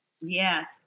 Yes